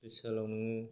बिशालाव नोङो